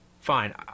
Fine